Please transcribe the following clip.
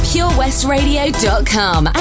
PureWestRadio.com